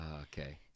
Okay